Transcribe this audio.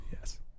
Yes